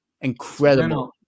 Incredible